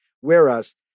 Whereas